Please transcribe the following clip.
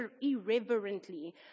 irreverently